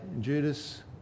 Judas